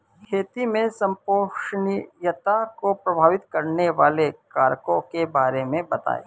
खेती में संपोषणीयता को प्रभावित करने वाले कारकों के बारे में बताइये